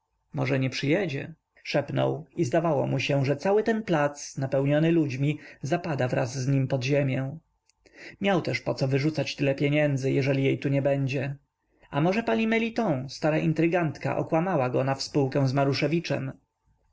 może nie przyjedzie szepnął i zdawało mu się że cały ten plac napełniony ludźmi zapada wraz z nim pod ziemię miał też poco wyrzucać tyle pieniędzy jeżeli jej tu nie będzie a może pani meliton stara intrygantka okłamała go na współkę z